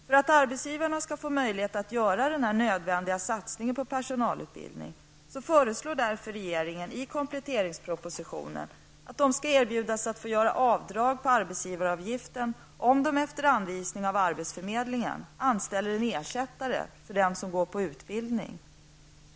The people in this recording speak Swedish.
För att arbetsgivarna skall få möjlighet att göra den nödvändiga satsningen på personalutbildning föreslår därför regeringen i kompletteringspropositionen att de skall erbjudas att få göra avdrag på arbetsgivaravgiften om de efter anvisning av arbetsförmedlingen anställer en ersättare för den som går på utbildning.